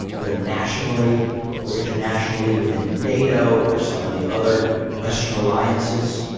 whether nationally or internationally within nato or some of the other western alliances,